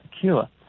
cure